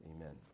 amen